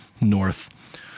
north